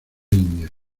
india